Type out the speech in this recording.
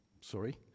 sorry